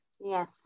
Yes